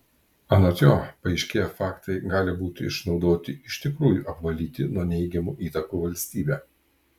anot jo paaiškėję faktai gali būti išnaudoti iš tikrųjų apvalyti nuo neigiamų įtakų valstybę